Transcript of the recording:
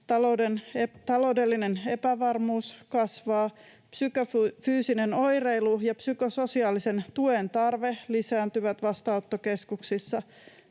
taloudellinen epävarmuus kasvaa, psykofyysinen oireilu ja psykososiaalisen tuen tarve lisääntyvät vastaanottokeskuksissa,